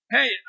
Hey